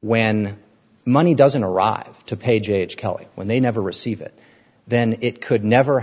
when money doesn't arrive to page h kelley when they never receive it then it could never